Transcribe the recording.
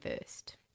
first